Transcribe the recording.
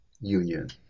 union